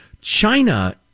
China